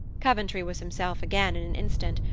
coventry was himself again in an instant,